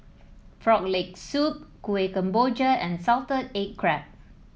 Frog Leg Soup Kuih Kemboja and Salted Egg Crab